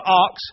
ox